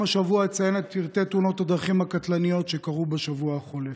גם השבוע אציין את פרטי תאונות הדרכים הקטלניות שקרו בשבוע החולף,